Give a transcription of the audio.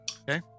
Okay